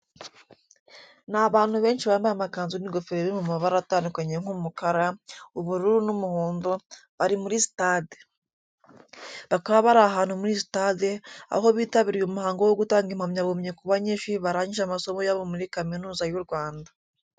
Ni abantu benshi bambaye amakanzu n'ingofero biri mu mabara atandukanye nk'umukara, ubururu n'umuhondo, bari muri sitade. Bakaba bari ahantu muri sitade aho bitabiriye umuhango wo gutanga impamyabumenyi ku banyeshuri barangije amasomo yabo muri Kaminuza y'u Rwanda.